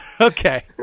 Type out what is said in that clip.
Okay